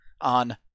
on